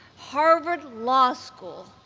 harvard law school,